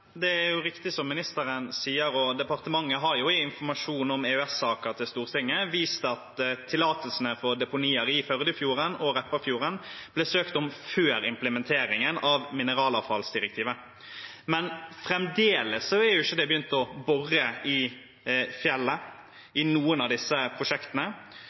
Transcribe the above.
Det er riktig som ministeren sier, og departementet har i informasjon om EØS-saker til Stortinget vist at tillatelsene for deponier i Førdefjorden og Repparfjorden ble søkt om før implementeringen av mineralavfallsdirektivet. Men fremdeles har man ikke begynt å bore i fjellet i noen av disse prosjektene,